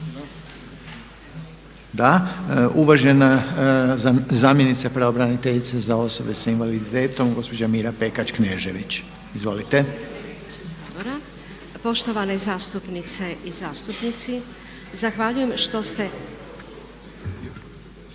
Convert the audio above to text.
Da. Uvažena zamjenica pravobraniteljice za osobe sa invaliditetom, gospođa Mira Pekeč-Knežević. Izvolite. **Pekeč-Knežević, Mira** Poštovane zastupnice i zastupnici. Zahvaljujem što ste